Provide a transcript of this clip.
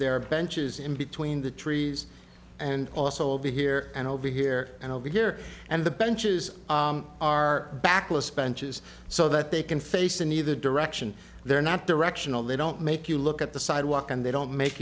there benches in between the trees and also over here and over here and over here and the benches are backless benches so that they can face in either direction they're not directional they don't make you look at the sidewalk and they don't make